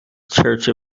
church